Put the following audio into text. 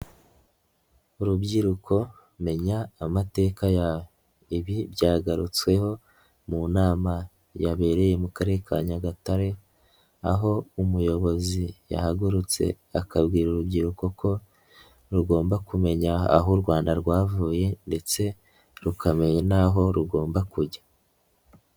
Rubyiruko menya amateka yawe, ibi byagarutsweho mu nama yabereye mu Karere ka Nyagatare aho umuyobozi yahagurutse akabwira urubyiruko ko rugomba kumenya aho u Rwanda rwavuye ndetse rukamenya naho rugomba kujya.